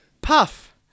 Puff